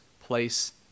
place